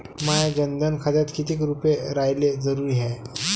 माह्या जनधन खात्यात कितीक रूपे रायने जरुरी हाय?